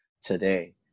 today